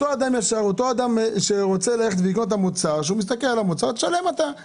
אותו אדם ישר שרוצה לקנות את המוצר יצטרך לשלם את המס הזה.